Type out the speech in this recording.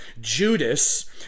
Judas